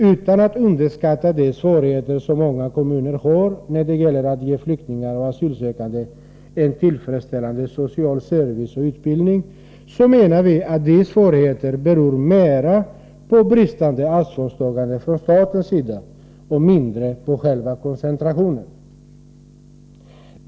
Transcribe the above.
Utan att underskatta de svårigheter som många kommuner har när det gäller att ge flyktingar och asylsökande en tillfredsställande social service och utbildning, menar vi att dessa svårigheter beror mera på bristande ansvarstagande från statens sida och mindre på själva koncentrationen.